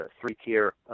three-tier